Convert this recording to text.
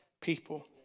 people